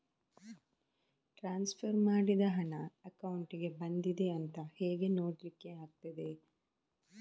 Transfer ಮಾಡಿದ ಹಣ ಅಕೌಂಟಿಗೆ ಬಂದಿದೆ ಅಂತ ಹೇಗೆ ನೋಡ್ಲಿಕ್ಕೆ ಆಗ್ತದೆ?